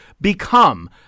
become